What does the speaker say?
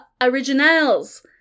Originals